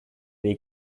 dei